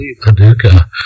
Paducah